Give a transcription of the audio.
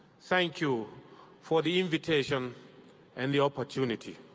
thank you for the invitation and the opportunity.